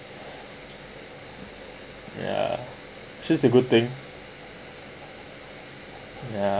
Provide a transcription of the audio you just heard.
ya she's a good thing